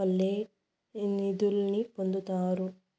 వల్లే నిదుల్ని పొందతాయి